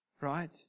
right